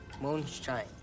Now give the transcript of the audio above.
Moonshine